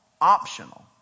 optional